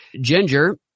Ginger